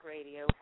Radio